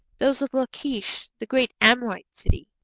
those of lachish, the great amorite city,